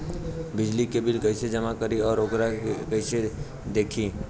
बिजली के बिल कइसे जमा करी और वोकरा के कइसे देखी?